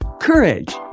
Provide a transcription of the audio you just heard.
courage